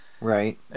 right